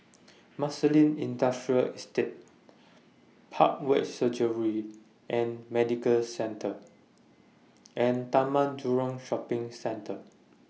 Marsiling Industrial Estate Parkway Surgery and Medical Centre and Taman Jurong Shopping Centre